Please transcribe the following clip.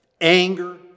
Anger